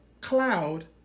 cloud